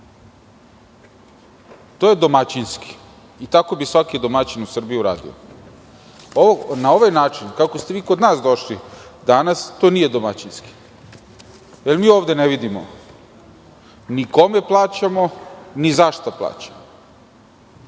To je domaćinski i tako bi svaki domaćin u Srbiji uradio. Na ovaj način, kako ste vi kod nas došli danas, to nije domaćinski. Mi ovde ne vidimo ni kome plaćamo, ni zašto plaćamo,